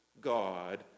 God